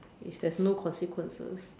if there's no consequences